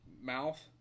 Mouth